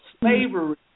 slavery